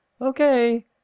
okay